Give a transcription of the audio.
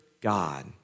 God